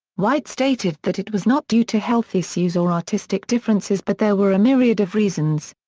white stated that it was not due to health issues or artistic differences but there were a myriad of reasons.